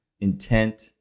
intent